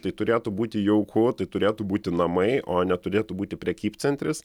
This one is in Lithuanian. tai turėtų būti jauku tai turėtų būti namai o neturėtų būti prekybcentris